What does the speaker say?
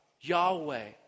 Yahweh